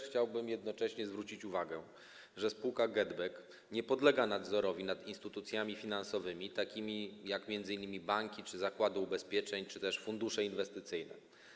Chciałbym jednocześnie zwrócić uwagę, że spółka GetBack nie podlega nadzorowi nad instytucjami finansowymi, takimi jak m.in. banki, zakłady ubezpieczeń czy też fundusze inwestycyjne.